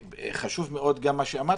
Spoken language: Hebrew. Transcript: חשוב מאוד גם מה שאמרת,